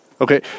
Okay